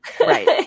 right